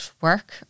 work